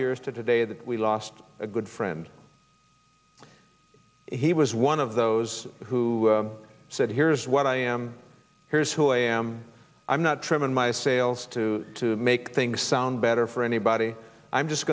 years today that we lost a good friend he was one of those who said here's what i am here's who i am i'm not trim and my sales to make things sound better for anybody i'm just